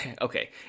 okay